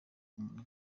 umunwa